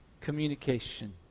communication